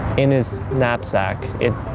in his knapsack. it.